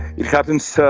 it happens so